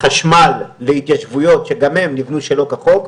חשמל להתיישבויות, שגם הן נבנו שלא כחוק.